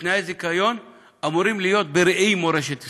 לפי תנאי הזיכיון, אמורים להיות בראי מורשת ישראל.